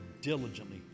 diligently